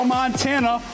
Montana